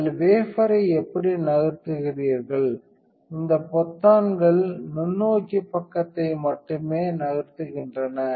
நீங்கள் வேபரை எப்படி நகர்த்துகிறீர்கள் இந்த பொத்தான்கள் நுண்ணோக்கி பக்கத்தை மட்டுமே நகர்த்துகின்றன